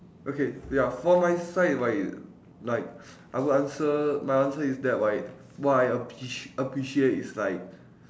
okay ya for my side right like I would answer my answer is that right what I apprec~ appreciate is like